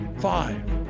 Five